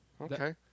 Okay